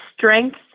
Strength